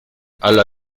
alla